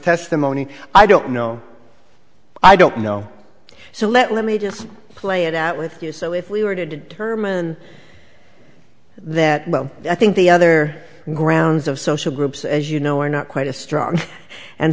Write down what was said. testimony i don't know i don't know so let me just play it out with you so if we were to did herman that well i think the other grounds of social groups as you know are not quite as strong and